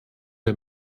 der